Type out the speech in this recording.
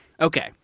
Okay